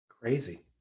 Crazy